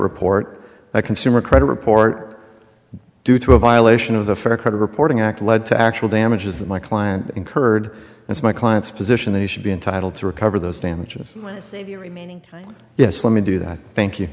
report a consumer credit report due to a violation of the fair credit reporting act lead to actual damages that my client incurred and my client's position that he should be entitled to recover those damages so yes let me do that thank you